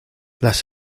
las